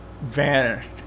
vanished